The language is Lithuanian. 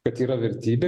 kad yra vertybė